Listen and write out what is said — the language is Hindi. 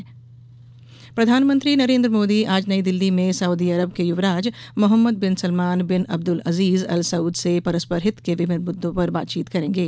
मोदी प्रधानमंत्री नरेंद्र मोदी आज नई दिल्ली में सऊदी अरब के युवराज Mohammed bin Salman bin Abdul Aziz al Saud से परस्पर हित के विभिन्न मुद्दों पर बातचीत करेंगे